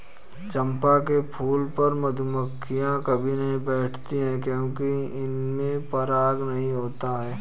चंपा के फूल पर मधुमक्खियां कभी नहीं बैठती हैं क्योंकि इसमें पराग नहीं होता है